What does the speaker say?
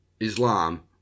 Islam